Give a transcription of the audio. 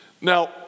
Now